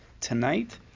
tonight